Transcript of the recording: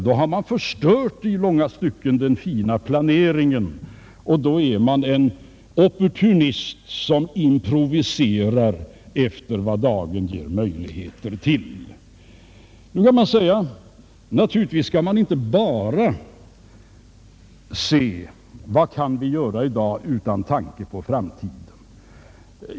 Då har man i långa stycken förstört den fina planeringen, och då är man en opportunist som improviserar efter vad dagen ger möjligheter till. Nu kan man säga: Naturligtvis skall man inte bara se vad vi i dag kan göra utan tanke på framtiden.